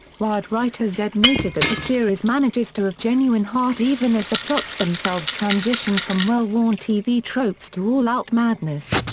wired writer z noted that the series manages to have genuine heart even as the plots themselves transition from well-worn tv tropes to all out madness.